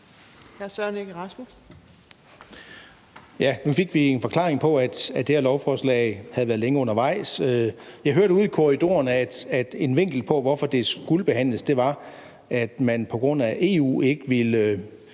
nu fik vi en forklaring på, at det her lovforslag havde været længe undervejs. Jeg hørte ude i korridorerne, at en vinkel på, hvorfor det skulle behandles, var, at man på grund af EU ikke kunne